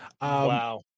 Wow